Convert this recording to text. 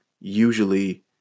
usually